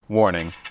Warning